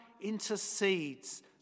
intercedes